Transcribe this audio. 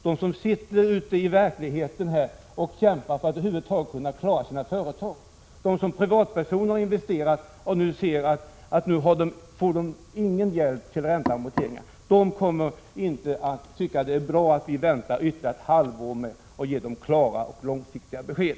De som ute i verkligheten kämpar för att över huvud taget kunna klara sina företag, de som har investerat som privatpersoner och nu ser att de inte får något över till räntor och amorteringar — de kommer inte att tycka att det är bra att vi väntar ytterligare ett halvår med att ge dem klara och långsiktiga besked.